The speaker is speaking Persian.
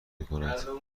میکند